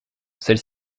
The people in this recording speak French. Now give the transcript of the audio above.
celle